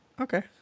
Okay